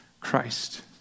Christ